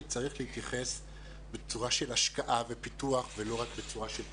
צריך להתייחס בצורה של השקעה ופיתוח ולא רק בצורה של תמיכה,